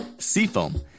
Seafoam